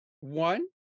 one